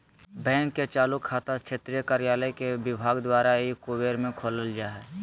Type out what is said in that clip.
bank के चालू खाता क्षेत्रीय कार्यालय के बैंक विभाग द्वारा ई कुबेर में खोलल जा हइ